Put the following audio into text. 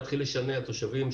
להתחיל לשנע תושבים,